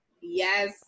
Yes